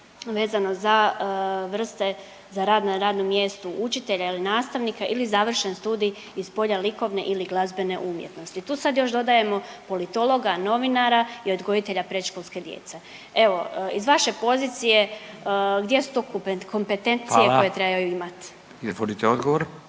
vezano za vrste, za rad na radnom mjestu učitelja ili nastavnika ili završen studij iz polja likovne ili glazbene umjetnosti. Tu sad još dodajemo politologa, novinara i odgojitelja predškolske djece. Evo iz vaše pozicije gdje su tu kompetencije koje trebaju imati? **Radin, Furio